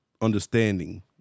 understanding